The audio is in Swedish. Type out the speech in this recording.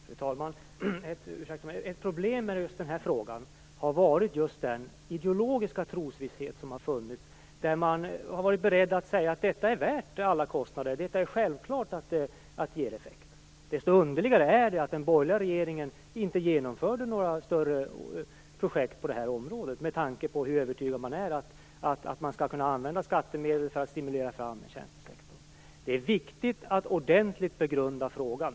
Fru talman! Ett problem med den här frågan har varit just den ideologiska trosvisshet som har funnits, där man har varit beredd att säga att detta är värt alla kostnader och att det är självklart att det ger effekt. Desto underligare är det att den borgerliga regeringen inte genomförde några större projekt på detta område, med tanke på hur övertygad man är om att man skall kunna använda skattemedel för att stimulera tjänstesektorn. Det är viktigt att ordentligt begrunda frågan.